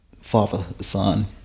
father-son